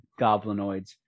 goblinoids